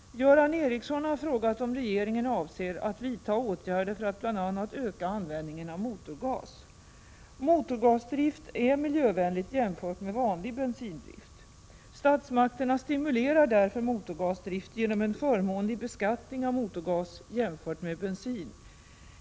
Göran Ericsson har frågat om regeringen avser att vidta åtgärder för att bl.a. öka användningen av motorgas. Motorgasdrift är miljövänlig jämfört med vanlig bensindrift. Statsmakterna stimulerar därför motorgasdrift genom en förmånlig beskattning av motorgas jämfört med bensin.